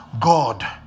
God